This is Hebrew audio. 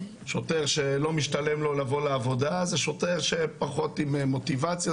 שוטר שלא משתלם לו לבוא לעבודה זה שוטר שפחות עם מוטיבציה,